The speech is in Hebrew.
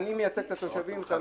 אני מייצג את התושבים, את הנוסעים.